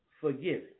forgiven